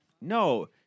No